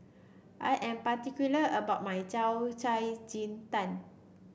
I am particular about my Yao Cai Ji Tang